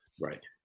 Right